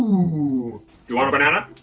ooooh. do you want a banana?